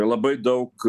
labai daug